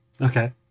okay